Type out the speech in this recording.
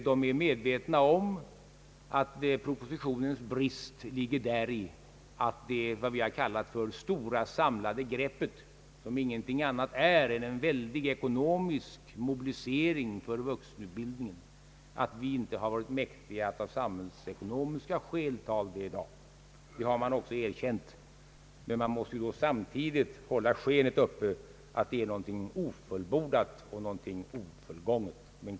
Vi är medvetna om att propositionens brist ligger i att vad vi har kallat det stora samlande greppet, som inte är något annat än en väldig ekonomisk mobilisering för vuxenutbildning, av samhällsekonomiska skäl inte kunnat tas i dag. Det har man också erkänt, men man söker samtidigt hålla skenet uppe och antyda att det är något ofullbordat och något ofullgånget.